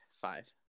five